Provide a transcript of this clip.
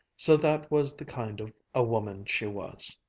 so that was the kind of a woman she was.